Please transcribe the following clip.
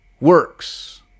works